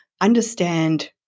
understand